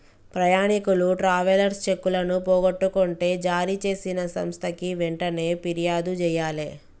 ప్రయాణీకులు ట్రావెలర్స్ చెక్కులను పోగొట్టుకుంటే జారీచేసిన సంస్థకి వెంటనే పిర్యాదు జెయ్యాలే